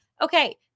Okay